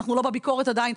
אנחנו לא בביקורת עדיין,